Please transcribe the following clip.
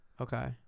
Okay